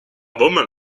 woman